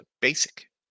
basic